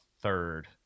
third